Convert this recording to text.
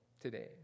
today